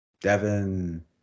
Devin